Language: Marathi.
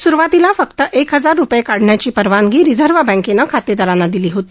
स्रुवातीला फक्त एक हजार रुपये काढण्याची परवानगी रिझर्व्ह बँकेनं खातेदारांना दिली होती